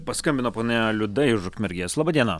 paskambino ponia liuda iš ukmergės laba diena